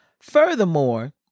Furthermore